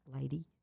lady